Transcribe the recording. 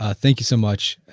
thank you so much,